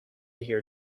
hear